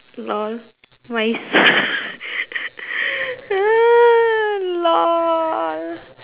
lol but it's lol